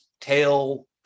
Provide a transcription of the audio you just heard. tail